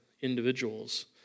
individuals